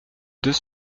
deux